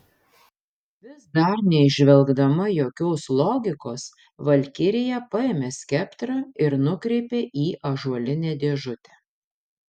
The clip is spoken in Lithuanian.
vis dar neįžvelgdama jokios logikos valkirija paėmė skeptrą ir nukreipė į ąžuolinę dėžutę